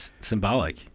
symbolic